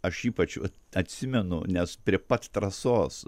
aš ypač atsimenu nes prie pat trasos